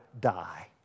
die